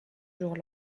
jour